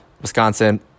Wisconsin